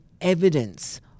evidence